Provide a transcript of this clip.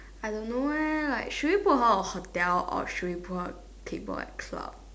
I know it like should we put her a hotel or should we put her table a club